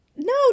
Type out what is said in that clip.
No